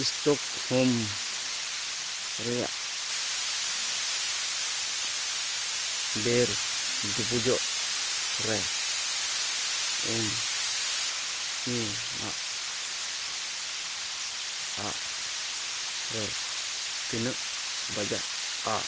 Stockholm ᱨᱮᱭᱟᱜ ᱵᱮᱨ ᱰᱩᱵᱩᱡᱚᱜ ᱨᱮ ᱩᱱ ᱠᱤᱱᱟᱜ ᱟᱜ ᱨᱮ ᱛᱤᱱᱟ ᱜ ᱵᱟᱡᱟᱜᱼᱟ